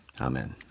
Amen